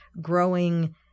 growing